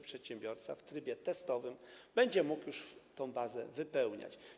Przedsiębiorca w trybie testowym będzie mógł już tą bazę wypełniać.